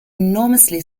enormously